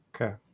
okay